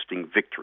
victory